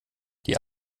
die